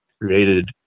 created